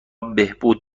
بهبود